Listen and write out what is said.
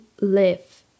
live